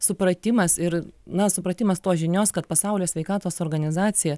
supratimas ir na supratimas tos žinios kad pasaulio sveikatos organizacija